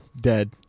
dead